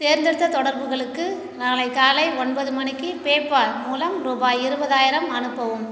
தேர்ந்தெடுத்த தொடர்புகளுக்கு நாளை காலை ஒன்பது மணிக்கு பேபால் மூலம் ரூபாய் இருபதாயிரம் அனுப்பவும்